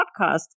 podcast